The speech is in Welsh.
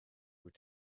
wyt